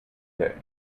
day